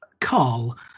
Carl